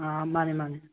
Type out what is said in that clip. ꯑꯥ ꯃꯥꯅꯤ ꯃꯥꯅꯤ